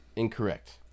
Incorrect